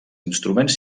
instruments